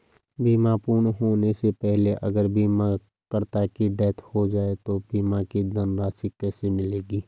बीमा पूर्ण होने से पहले अगर बीमा करता की डेथ हो जाए तो बीमा की धनराशि किसे मिलेगी?